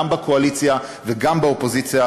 גם בקואליציה וגם באופוזיציה,